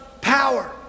power